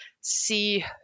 see